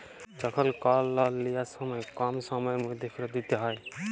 যখল কল লল লিয়ার সময় কম সময়ের ম্যধে ফিরত দিইতে হ্যয়